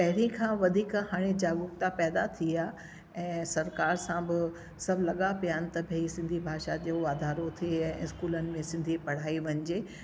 पहिरीं खां वधीक हाणे जागरूकता पैदा थी आहे ऐं सरकार सां ब सभु लॻा पिया आहिनि त भई सिंधी भाषा जो वाधारो थिए ऐं स्कूलनि में सिंधी पढ़ाई वञिजे